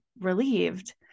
relieved